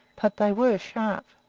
but they were sharp.